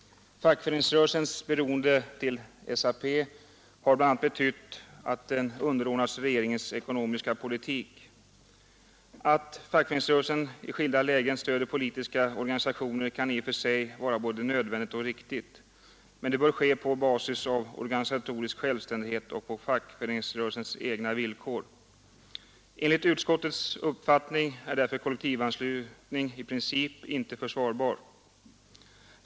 Fackföreningsrörelsens beroende till SAP har bl.a. betytt att den underordnats regeringens ekonomiska politik. Att fackföreningsrörelsen i skilda lägen stöder politiska organisationer kan i och för sig vara både nödvändigt och riktigt. Men det bör ske på basis av organisatorisk självständighet och på fackföreningsrörelsens egna villkor. Enligt utskottets uppfattning är därför kollektivanslutning i princip inte försvarbar.